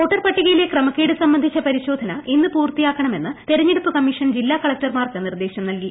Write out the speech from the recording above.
voter പട്ടികയിലെ ക്രമക്കേട് സംബന്ധിച്ച പരിശോധന ഇന്ന് പൂർത്തിയാക്കണമെന്ന് തെരഞ്ഞെടുപ്പ് കമ്മീഷൻ ജില്ലാ കളക്ടർമാർക്ക് നിർദ്ദേശം നൽകി